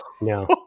No